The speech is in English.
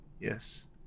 yes